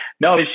No